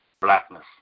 Blackness